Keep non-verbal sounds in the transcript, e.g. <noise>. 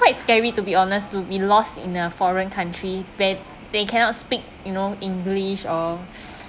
quite scary to be honest to be lost in a foreign country that they cannot speak you know english or <noise>